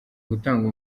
gutanga